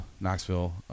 Knoxville